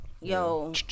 Yo